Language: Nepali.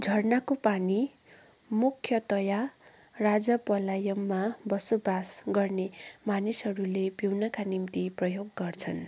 झरनाको पानी मुख्यतया राजापलायममा बसोबास गर्ने मानिसहरूले पिउनका निम्ति प्रयोग गर्छन्